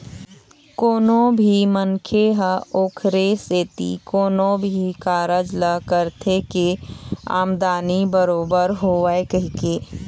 कोनो भी मनखे ह ओखरे सेती कोनो भी कारज ल करथे के आमदानी बरोबर होवय कहिके